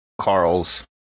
Carl's